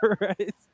Right